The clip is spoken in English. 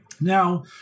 Now